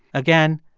again,